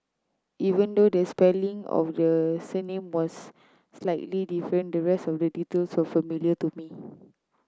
even though the spelling of the surname was slightly different the rest of the details familiar to me